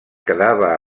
quedava